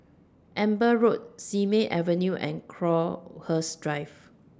Amber Road Simei Avenue and Crowhurst Drive